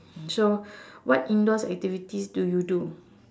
so what indoors activities do you do